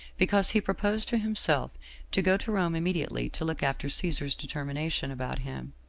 because he proposed to himself to go to rome immediately to look after caesar's determination about him.